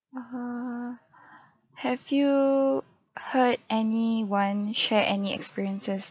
(uh huh) have you heard anyone share any experiences